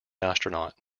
astronaut